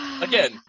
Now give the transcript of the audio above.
Again